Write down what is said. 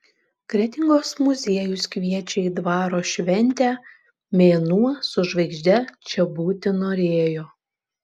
kretingos muziejus kviečia į dvaro šventę mėnuo su žvaigžde čia būti norėjo